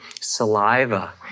saliva